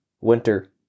winter